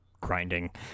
grinding